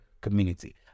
community